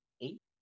eight